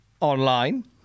online